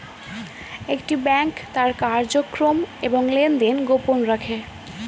একটি ব্যাংক তার কার্যক্রম এবং লেনদেন গোপন রাখে